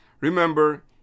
remember